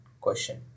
question